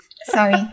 Sorry